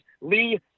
Lee